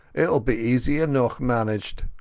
aitall be easy eneuch managed.